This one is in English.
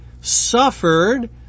suffered